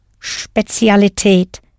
Spezialität